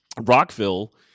Rockville